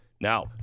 Now